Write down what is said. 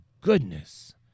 goodness